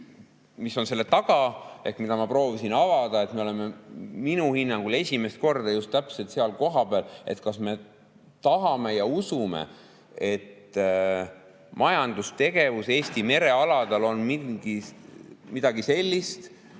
mis on selle taga – ma proovisin seda avada – selles, et me oleme minu hinnangul esimest korda just täpselt selle [küsimuse ees], et kas me tahame ja usume, et majandustegevus Eesti merealadel on midagi sellist,